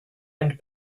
and